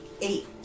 eight